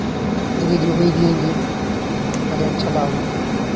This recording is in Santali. ᱟᱫᱚ ᱤᱫᱤ ᱢᱟᱠᱚ ᱤᱫᱤᱭᱟᱹᱧ ᱜᱮ ᱟᱫᱚᱧ ᱪᱟᱞᱟᱣᱱᱟ